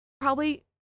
probably-